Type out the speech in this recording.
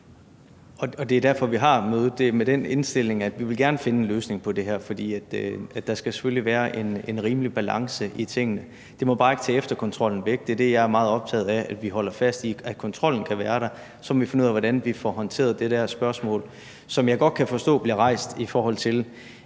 Og det er derfor, at vi har mødet; det er med den indstilling, at vi gerne vil finde en løsning på det her, for der skal selvfølgelig være en rimelig balance i tingene. Det må bare ikke tage efterkontrollen væk. Det er det, jeg er meget optaget af: at vi holder fast i, at kontrollen kan være der. Og så må vi finde ud af, hvordan vi får håndteret det der spørgsmål, som jeg godt kan forstå bliver rejst, i forhold til hvis